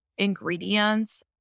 ingredients